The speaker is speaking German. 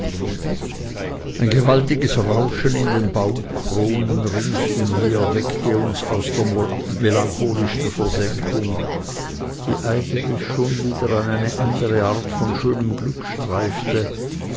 ein gewaltiges rauschen in den baumkronen ringsumher weckte uns aus der melancholischen versenkung die eigentlich schon wieder an eine andere art von schönem glück streifte